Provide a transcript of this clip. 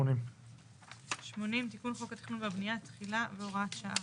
80. 80. תיקון חוק התכנון והבניה - תחילה והוראת שעה.